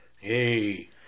Hey